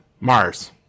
Mars